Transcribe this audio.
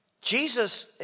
Jesus